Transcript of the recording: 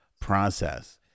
process